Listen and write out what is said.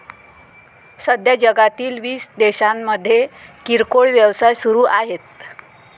सध्या जगातील वीस देशांमध्ये किरकोळ व्यवसाय सुरू आहेत